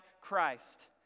Christ